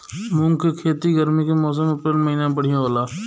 मुंग के खेती गर्मी के मौसम अप्रैल महीना में बढ़ियां होला?